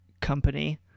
company